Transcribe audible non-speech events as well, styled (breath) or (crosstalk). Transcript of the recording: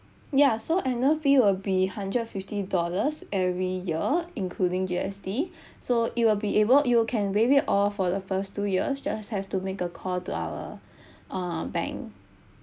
ya so annual fee will be hundred fifty dollars every year including U_S_D (breath) so it will be able you can waive it all for the first two years just have to make a call to our (breath) uh bank